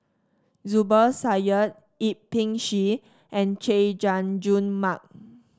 Zubir Said Yip Pin Xiu and Chay Jung Jun Mark